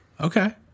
Okay